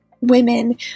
women